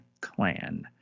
clan